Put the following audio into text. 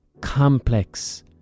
complex